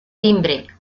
timbre